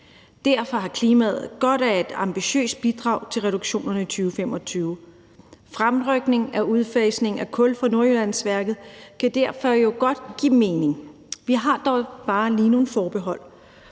Derfor har klimaet godt af et ambitiøst bidrag til at nå reduktionerne i 2025. Fremrykning af udfasningen af kul fra Nordjyllandsværket kan derfor godt give mening. Vi har dog bare lige nogle forbehold.